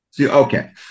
Okay